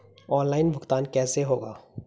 Online भुगतान कैसे होगा?